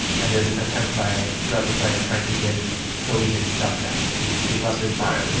and there's this attempt by throughout the play of trying to give toby his stuff back, that he's he's left this bias. and and